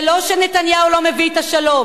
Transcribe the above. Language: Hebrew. זה לא שנתניהו לא מביא את השלום,